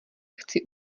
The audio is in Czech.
chci